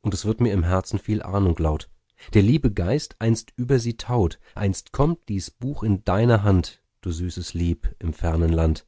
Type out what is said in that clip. und es wird mir im herzen viel ahnung laut der liebe geist einst über sie taut einst kommt dies buch in deine hand du süßes lieb im fernen land